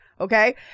okay